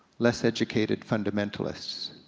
less educated fundamentalists.